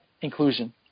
inclusion